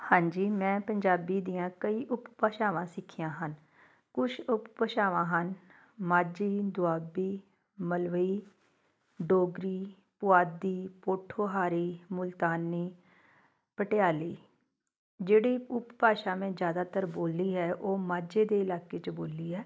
ਹਾਂਜੀ ਮੈਂ ਪੰਜਾਬੀ ਦੀਆਂ ਕਈ ਉਪਭਾਸ਼ਾਵਾਂ ਸਿੱਖੀਆਂ ਹਨ ਕੁਛ ਉਪਭਾਸ਼ਾਵਾਂ ਹਨ ਮਾਝੀ ਦੁਆਬੀ ਮਲਵਈ ਡੋਗਰੀ ਪੁਆਧੀ ਪੋਠੋਹਾਰੀ ਮੁਲਤਾਨੀ ਭਟਿਆਲੀ ਜਿਹੜੀ ਉਪਭਾਸ਼ਾ ਮੈਂ ਜ਼ਿਆਦਾਤਰ ਬੋਲੀ ਹੈ ਉਹ ਮਾਝੇ ਦੇ ਇਲਾਕੇ 'ਚ ਬੋਲੀ ਹੈ